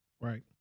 right